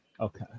Okay